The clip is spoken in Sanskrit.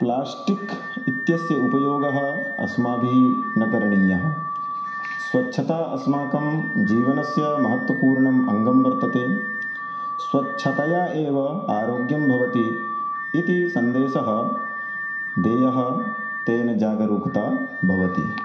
प्लाश्टिक् इत्यस्य उपयोगः अस्माभिः न करणीयः स्वच्छता अस्माकं जीवनस्य महत्वपूर्णम् अङ्गं वर्तते स्वच्छतया एव आरोग्यं भवति इति सन्देशः देयः तेन जागरूकता भवति